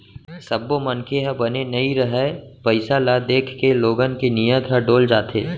सब्बो मनखे ह बने नइ रहय, पइसा ल देखके लोगन के नियत ह डोल जाथे